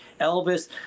Elvis